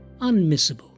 Unmissable